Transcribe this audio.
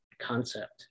concept